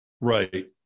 right